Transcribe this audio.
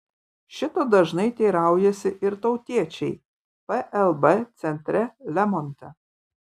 šito dažnai teiraujasi ir tautiečiai plb centre lemonte